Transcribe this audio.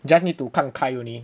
just need to 看开 only